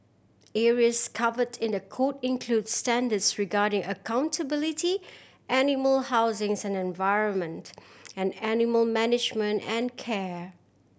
areas covered in the code include standards regarding accountability animal housings and environment and animal management and care